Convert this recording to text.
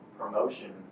promotion